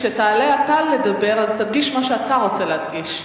כשתעלה אתה לדבר אז תדגיש מה שאתה רוצה להדגיש.